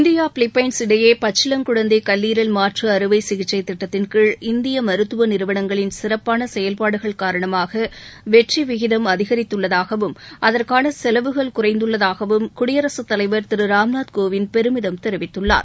India Philippines இடையே பச்சிளங் குழந்தை கல்லீரல் மாற்று அறுவை சிகிச்சை திட்டத்தின் கீம் இந்திய மருத்துவ நிறுவனங்களில் சிறப்பான செயல்பாடுகள் காரணமாக வெற்றி விகிதம் அதிகரித்துள்ளதாகவும் அதற்கான செலவுகள் குறைந்துள்ளதாகவும் குடியரக தலைவர் திரு ராம்நாத் கோவிந்த் பெருமிதம் தெரிவித்துள்ளார்